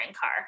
car